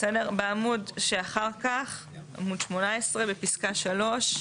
בעמוד שאחר כך עמוד 18 בפסקה (3),